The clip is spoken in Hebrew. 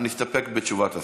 נסתפק בתשובת השר.